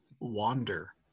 wander